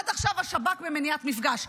עד עכשיו השב"כ במניעת מפגש.